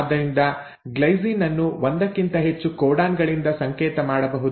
ಆದ್ದರಿಂದ ಗ್ಲೈಸಿನ್ ಅನ್ನು ಒಂದಕ್ಕಿಂತ ಹೆಚ್ಚು ಕೋಡಾನ್ ಗಳಿಂದ ಸಂಕೇತ ಮಾಡಬಹುದು